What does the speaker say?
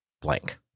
blank